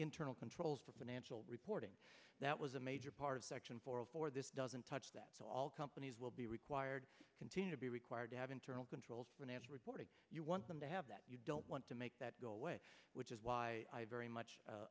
internal controls for financial reporting that was a major part of section four of four this doesn't touch that all companies will be required continue to be required to have internal controls financial reporting you want them to have that you don't want to make that go away which is why i very much